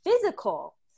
physical